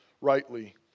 rightly